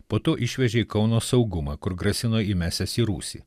po to išvežė į kauno saugumą kur grasino įmesiąs į rūsį